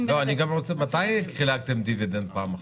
--- מתי חילקתם דיבידנד פעם אחרונה?